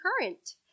current